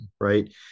Right